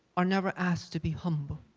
are never asked to be humble.